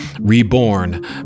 reborn